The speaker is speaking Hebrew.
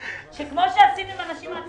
כי פה זה נושא הארכת